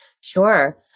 Sure